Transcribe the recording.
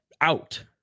out